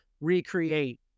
recreate